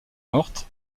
morte